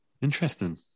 Interesting